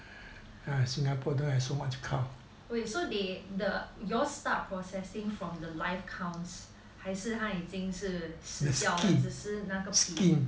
wait they the you all start processing from the live cow or 他已经是死掉了还是只是那个皮